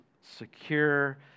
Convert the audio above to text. secure